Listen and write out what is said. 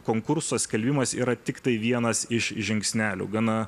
konkurso skelbimas yra tiktai vienas iš žingsnelių gana